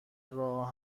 راه